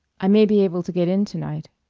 i may be able to get in to-night.